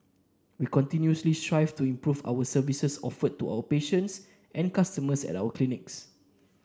we continuously strive to improve our services offered to our patients and customers at our clinics